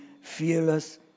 fearless